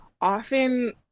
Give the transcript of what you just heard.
often